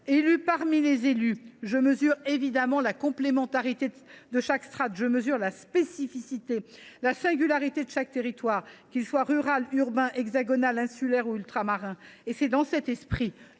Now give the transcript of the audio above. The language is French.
Élue parmi les élus, je mesure évidemment la complémentarité de chaque strate, la spécificité et la singularité de chaque territoire, qu’il soit rural, urbain, hexagonal, insulaire ou ultramarin. Mesdames, messieurs